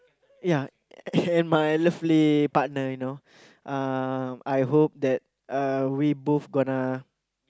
ya and my lovely partner you know um I hope that uh we both gonna